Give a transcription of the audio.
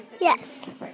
Yes